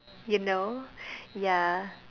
you know ya